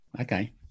okay